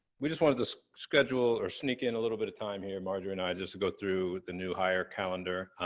we just wanted to schedule, or sneak in a little bit of time, here, marjorie and i, just to go through the new hire calendar.